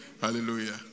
Hallelujah